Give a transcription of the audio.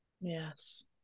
yes